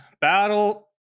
battle